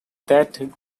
that